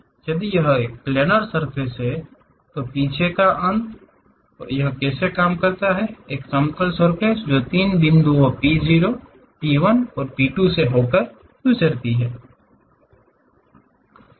यदि यह एक प्लैनर सर्फ़ेस है तो पीछे का अंत यह कैसे काम करता है एक समतल सर्फ़ेस जो तीन बिंदुओं P 0 P 1 P 2 से होकर गुजरती है